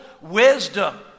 wisdom